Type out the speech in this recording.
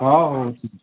ହଁ ହଉ